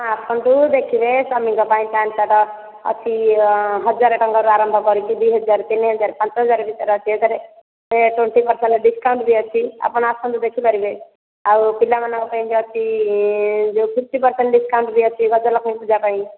ଆପଣ ଆସନ୍ତୁ ଦେଖିବେ ସ୍ୱାମୀ ଙ୍କ ପାଇଁ ପ୍ୟାଣ୍ଟ ସାର୍ଟ ଅଛି ହଜାର ଟଙ୍କାରୁ ଆରମ୍ଭ କରିକି ଦୁଇହଜାର ତିନିହଜାର ପାଞ୍ଚହଜାର ଭିତରେ ଅଛି ସେଠାରେ ଏ ଟ୍ୱଣ୍ଟି ପାରସେଣ୍ଟ ଡିସକାଉଣ୍ଟ ବି ଅଛି ଆପଣ ଆସନ୍ତୁ ଦେଖି ପାରିବେ ଆଉ ପିଲା ମାନଙ୍କ ପାଇଁ ବି ଅଛି ଯେଉଁ ଫିଫଟି ପାରସେଣ୍ଟ ଡ଼ିସକାଉଣ୍ଟ ବି ଅଛି ଗଜ ଲକ୍ଷ୍ମୀ ପୂଜା ପାଇଁ